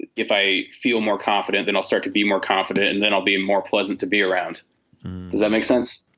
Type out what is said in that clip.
if i feel more confident, then i'll start to be more confident and then i'll be more pleasant to be around. does that make sense?